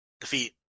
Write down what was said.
defeat